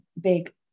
big